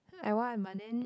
I want but then